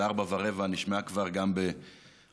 ב-16:15 היא נשמעה כבר גם באופקים,